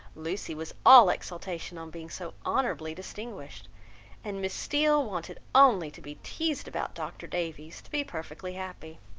lucy was all exultation on being so honorably distinguished and miss steele wanted only to be teazed about dr. davies to be perfectly happy.